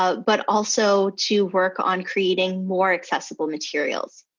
but also, to work on creating more accessible materials.